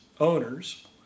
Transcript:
owners